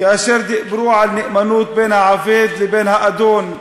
כאשר דיברו על נאמנות בין העובד לבין האדון.